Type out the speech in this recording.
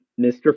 Mr